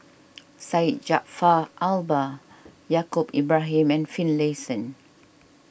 Syed Jaafar Albar Yaacob Ibrahim and Finlayson